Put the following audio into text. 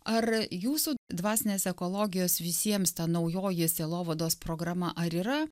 ar jūsų dvasinės ekologijos visiems ta naujoji sielovados programa ar yra